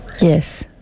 Yes